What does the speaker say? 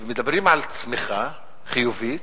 ומדברים על צמיחה חיובית.